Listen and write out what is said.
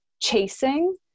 chasing